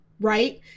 right